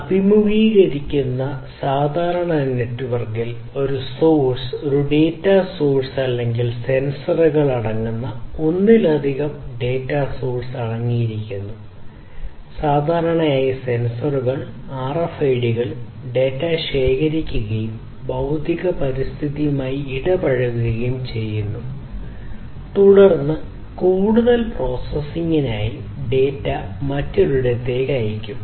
അഭിമുഖീകരിക്കുന്ന സാധാരണ നെറ്റ്വർക്കിൽ ഒരു സോഴ്സ് ഒരു ഡാറ്റ സോഴ്സ് അല്ലെങ്കിൽ സെൻസറുകൾ അടങ്ങുന്ന ഒന്നിലധികം ഡാറ്റാ സോഴ്സ് ഡാറ്റ ശേഖരിക്കുകയും ഭൌതിക പരിസ്ഥിതിയുമായി ഇടപഴകുകയും ചെയ്യുന്നു തുടർന്ന് കൂടുതൽ പ്രോസസ്സിംഗിനായി ഡാറ്റ മറ്റൊരിടത്തേക്ക് അയയ്ക്കും